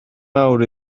mawr